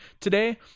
today